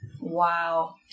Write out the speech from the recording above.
wow